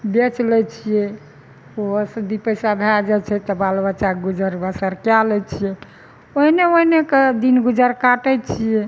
बेच लै छियै ओहो से दुइ पैसा भए जाइ छै तऽ बाल बच्चाके गुजर बसर कए लै छियै ओहिने ओहिने कऽ दिन गुजर काटै छियै